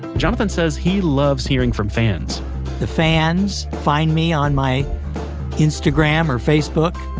jonathan says he loves hearing from fans the fans find me on my instagram or facebook.